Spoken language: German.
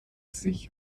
sich